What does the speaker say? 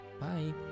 Bye